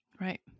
Right